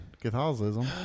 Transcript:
Catholicism